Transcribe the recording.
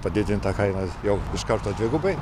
padidint tą kainą jau iš karto dvigubai